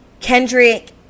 Kendrick